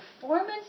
performance